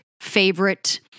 favorite